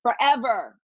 forever